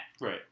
Right